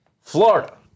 Florida